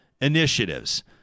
initiatives